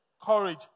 courage